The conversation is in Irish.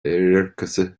oirirceasa